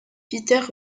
peter